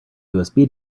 usb